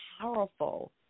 powerful